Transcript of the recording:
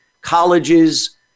colleges